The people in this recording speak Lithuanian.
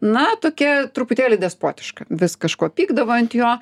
na tokia truputėlį despotiška vis kažko pykdavo ant jo